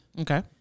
Okay